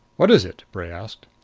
what is it? bray asked.